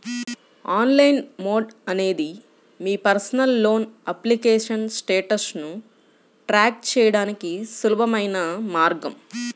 online mode అనేది మీ personal loan application స్టేటస్ను ట్రాక్ చేయడానికి సులభమైన మార్గం